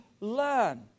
learn